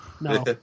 No